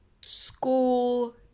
school